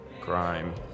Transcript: Crime